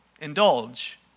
indulge